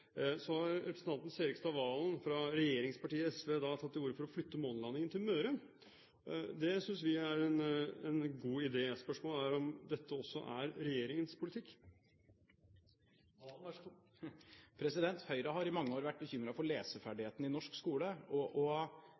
Så har representanten Serigstad Valen fra regjeringspartiet SV tatt til orde for å flytte månelandingen til Møre. Det synes vi er en god idé. Spørsmålet er om dette også er regjeringens politikk. Høyre har i mange år vært bekymret for leseferdighetene i norsk skole.